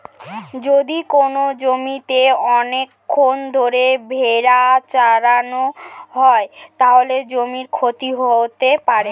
যদি কোনো জমিতে অনেকক্ষণ ধরে ভেড়া চড়ানো হয়, তাহলে জমির ক্ষতি হতে পারে